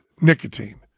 nicotine